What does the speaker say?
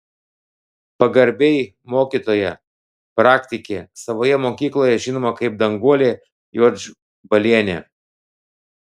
pagarbiai mokytoja praktikė savoje mokykloje žinoma kaip danguolė juodžbalienė